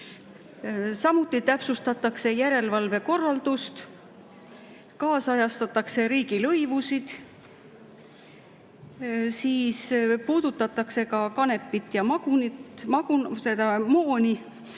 Samuti täpsustatakse järelevalve korraldust ja kaasajastatakse riigilõivusid. Puudutatakse ka kanepit ja